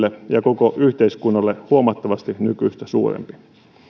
ja koko yhteiskunnalle huomattavasti nykyistä suurempi